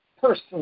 person